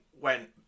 went